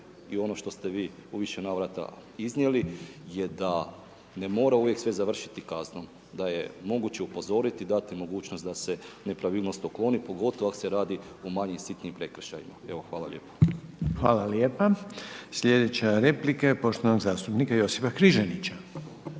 je ono što ste vi u više navrata iznijeli je da ne mora uvijek sve završiti kaznom, da je moguće upozoriti, dati mogućnost da se nepravilnost ukloni, pogotovo ako se radi o manjim, sitnim prekršajima. Evo hvala lijepa. **Reiner, Željko (HDZ)** Hvala lijepa. Slijedeća replika je poštovanog zastupnik Josipa Križanića.